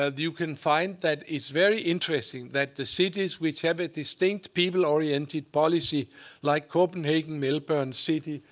ah you can find that it's very interesting that the cities which have a distinct people-oriented policy like copenhagen, melbourne city,